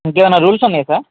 ఇంకేమన్నా రూల్స్ ఉన్నాయా సార్